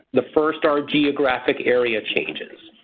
the first are geographic area changes.